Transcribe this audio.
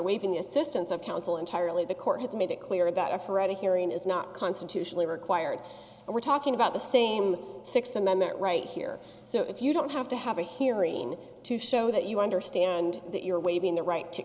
waiving the assistance of counsel entirely the court has made it clear that a forever hearing is not constitutionally required and we're talking about the same sixth amendment right here so if you don't have to have a hearing to show that you understand that you're waiving the right to